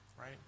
right